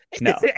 no